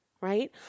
Right